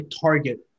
target